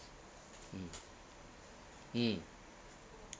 mm mm